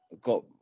got